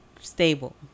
stable